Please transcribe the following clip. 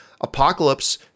Apocalypse